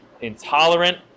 intolerant